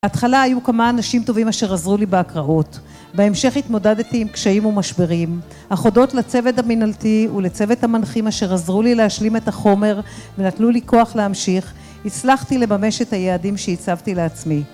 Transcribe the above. בההתחלה היו כמה אנשים טובים אשר עזרו לי בהקראות. בהמשך התמודדתי עם קשיים ומשברים. אך הודות לצוות המנהלתי, ולצוות המנחים אשר עזרו לי להשלים את החומר, ונתנו לי כוח להמשיך, הצלחתי לממש את היעדים שהצבתי לעצמי.